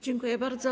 Dziękuję bardzo.